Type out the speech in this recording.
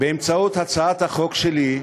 באמצעות הצעת החוק שלי,